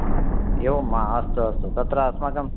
एवं वा अस्तु अस्तु तत्र अस्माकं